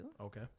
Okay